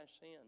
sin